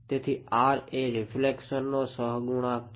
તેથી R એ રીફ્લેક્શનનો સહગુણક છે